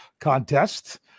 contest